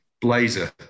blazer